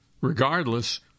regardless